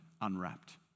unwrapped